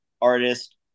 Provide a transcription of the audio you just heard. artist